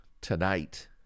tonight